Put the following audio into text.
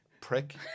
prick